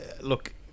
look